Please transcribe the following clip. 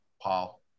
paul